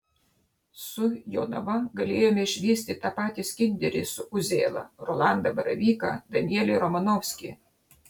su jonava galėjome išvysti tą patį skinderį su uzėla rolandą baravyką danielį romanovskį